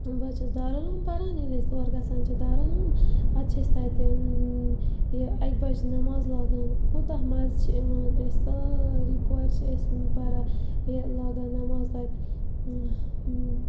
بہٕ حظ چھَس دارالعلوم پَران ییٚلہِ أسۍ تور گَژھان چھِ دارالعلوم پَتہٕ چھِ أسۍ تَتہِ یہِ اَکہِ بَجہِ نٮ۪ماز لاگان کوٗتاہ مَزٕ چھِ یِوان أسۍ سٲری کورِ چھِ أسۍ پَران یہِ لاگان نٮ۪ماز تَتہِ